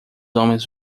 homens